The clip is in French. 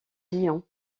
lyon